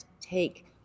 take